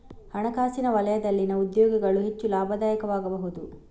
ಹಣಕಾಸಿನ ವಲಯದಲ್ಲಿನ ಉದ್ಯೋಗಗಳು ಹೆಚ್ಚು ಲಾಭದಾಯಕವಾಗಬಹುದು